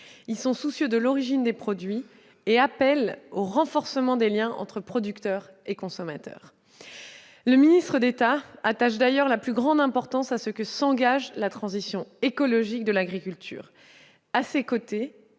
Ils se préoccupent de l'origine des produits et appellent au renforcement des liens entre producteurs et consommateurs. Le ministre d'État attache la plus grande importance à ce que s'engage la transition écologique de l'agriculture. À ses côtés,